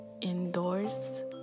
indoors